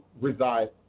reside